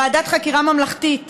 ועדת חקירה ממלכתית